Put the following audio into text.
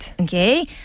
Okay